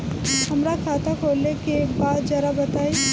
हमरा खाता खोले के बा जरा बताई